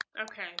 okay